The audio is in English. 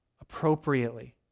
appropriately